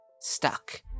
stuck